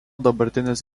dabartinės